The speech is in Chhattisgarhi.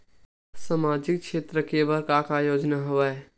सामाजिक क्षेत्र के बर का का योजना हवय?